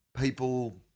people